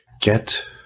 get